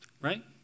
right